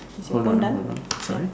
hold on ah hold on sorry